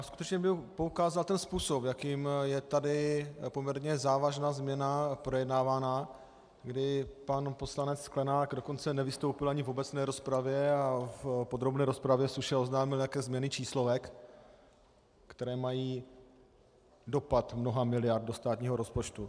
Skutečně bych poukázal na způsob, jakým je tady poměrně závažná změna projednávána, kdy pan poslanec Sklenák dokonce nevystoupil ani v obecné rozpravě a v podrobné rozpravě suše oznámil, jaké jsou změny číslovek, které mají dopad mnoha miliard do státního rozpočtu.